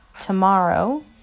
Tomorrow